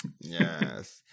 yes